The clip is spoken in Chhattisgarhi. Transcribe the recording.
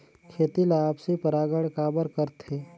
खेती ला आपसी परागण काबर करथे?